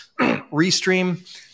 Restream